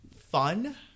fun